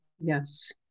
Yes